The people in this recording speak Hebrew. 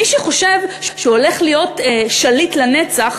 מי שחושב שהוא הולך להיות שליט לנצח,